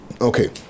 Okay